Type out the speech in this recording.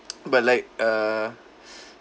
but like err